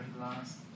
last